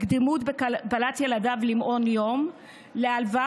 לקדימות בקבלת ילדיו למעון יום ולהלוואה